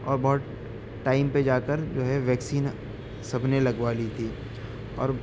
اور بہت ٹائم پہ جا کر جو ہے ویکسین سب نے لگوا لی تھی اور